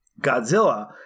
Godzilla